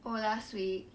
oh last week